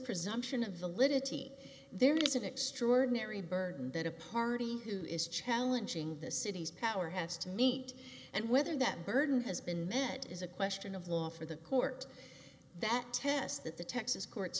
presumption of validity there is an extraordinary burden that a party who is challenging the city's power has to meet and whether that burden has been met is a question of law for the court that test that the texas courts